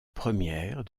première